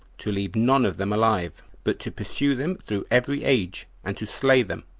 to leave none of them alive, but to pursue them through every age, and to slay them,